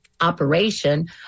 operation